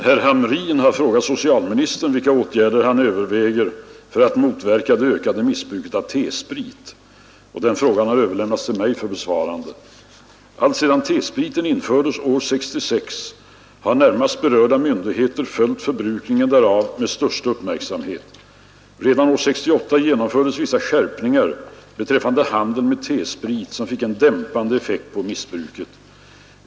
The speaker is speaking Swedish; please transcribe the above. Herr talman! Herr Hamrin har frågat socialministern vilka åtgärder han överväger för att motverka det ökade missbruket av T-sprit. Frågan har överlämnats till mig för besvarande. Alltsedan T-spriten infördes år 1966 har närmast berörda myndigheter följt förbrukningen därav med största uppmärksamhet. Redan år 1968 genomfördes vissa skärpningar beträffande handeln med T-sprit som fick en dämpande effekt på missbruket.